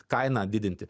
kainą didinti